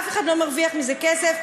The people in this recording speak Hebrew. אף אחד לא מרוויח מזה כסף,